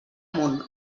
amunt